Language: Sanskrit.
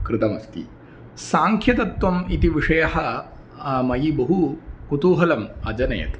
कृतमस्ति सांख्यतत्वम् इति विषयः मयि बहु कुतूहलम् अजनयत्